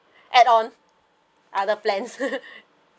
add on other plans